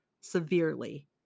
severely